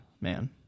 Man